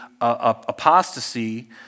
apostasy